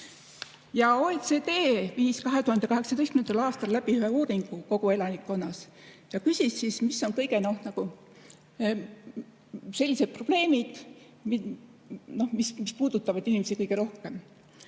OECD viis 2018. aastal läbi uuringu kogu elanikkonnas. Ta küsis, mis on need probleemid, mis puudutavad inimesi kõige rohkem.